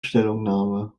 stellungnahme